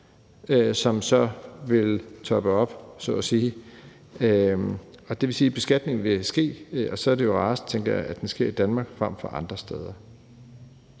der så vil toppe op, så at sige, og det vil sige, at beskatningen vil ske, og så er det jo rarest, tænker jeg, at det sker i Danmark frem for andre steder.